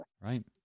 Right